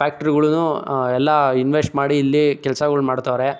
ಫ್ಯಾಕ್ಟ್ರಿಗಳೂ ಎಲ್ಲ ಇನ್ವೆಸ್ಟ್ ಮಾಡಿ ಇಲ್ಲಿ ಕೆಲಸಗಳು ಮಾಡ್ತವ್ರೆ